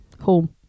Home